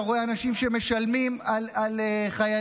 אתה רואה אנשים שמשלמים על חיילים,